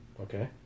Okay